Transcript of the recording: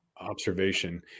observation